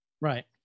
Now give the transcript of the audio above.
Right